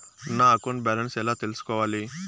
నా account balance ఎలా తెల్సుకోవాలి